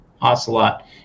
Ocelot